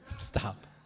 stop